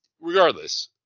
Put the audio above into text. regardless